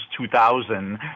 2000